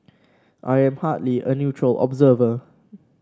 I am hardly a neutral observer